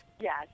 Yes